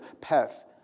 path